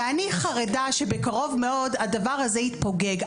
ואני חרדה שבקרוב מאוד הדבר הזה יתפוגג.